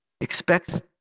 Expects